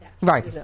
Right